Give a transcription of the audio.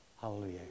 Hallelujah